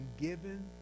given